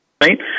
right